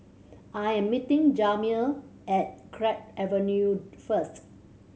I am meeting Jamir at Drake Avenue first